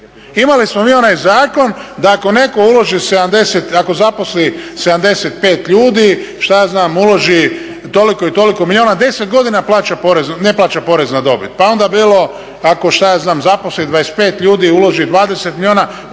Imali smo mi onaj zakon da ako neko uloži, ako zaposli 75 ljudi šta ja znam uloži toliko i toliko milijuna, 10 godina plaća ne plaća porez na dobit. Pa je onda bilo ako zaposli 25 ljudi i uloži 20 milijuna